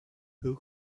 who